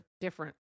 different